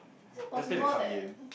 is it possible that